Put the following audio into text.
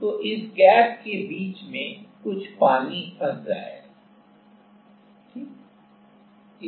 तो इस गैप के बीच में कुछ पानी फंस जाएगा ठीक है